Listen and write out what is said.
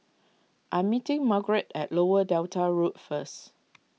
I am meeting Margeret at Lower Delta Road first